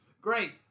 Great